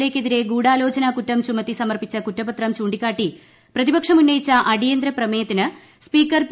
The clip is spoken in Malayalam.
എ യ്ക്കെതിരെ ഗൂഢാലോചന കുറ്റം ചുമത്തി സമർപ്പിച്ച കുറ്റപത്രം ചൂണ്ടിക്കാട്ടി പ്രതിപക്ഷം ഉന്നയിച്ച അടിയന്തരപ്രമേയത്തിന് സ്പീക്കർ പി